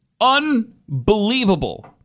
Unbelievable